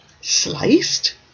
sliced